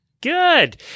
Good